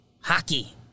Hockey